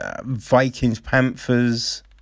Vikings-Panthers